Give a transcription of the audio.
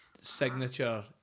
signature